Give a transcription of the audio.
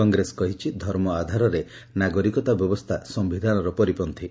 କଂଗ୍ରେସ କହିଛି ଧର୍ମ ଆଧାରରେ ନାଗରିକତା ବ୍ୟବସ୍କା ସ୍ୟିଧାନର ପରିପନ୍ତୀ